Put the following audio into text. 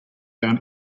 down